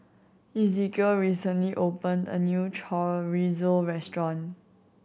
Ezekiel recently opened a new Chorizo Restaurant